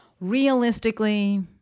Realistically